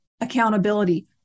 accountability